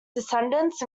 descendants